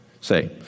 say